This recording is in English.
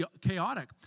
chaotic